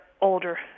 older